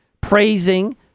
Praising